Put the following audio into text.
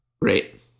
Great